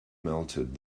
melted